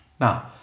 now